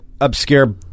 obscure